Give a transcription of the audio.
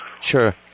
Sure